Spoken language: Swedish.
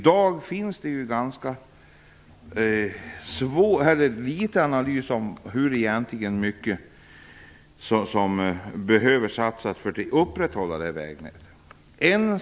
Det finns i dag ganska litet analys av hur mycket som behöver satsas för att upprätthålla det vägnätet.